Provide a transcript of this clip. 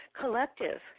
collective